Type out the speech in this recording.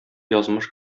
язмыш